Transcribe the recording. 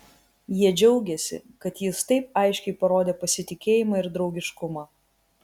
jie džiaugėsi kad jis taip aiškiai parodė pasitikėjimą ir draugiškumą